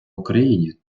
україні